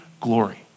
glory